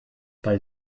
bei